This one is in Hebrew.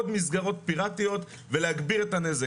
עוד מסגרות פירטיות ולהגביר את הנזק.